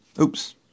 Oops